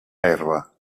herba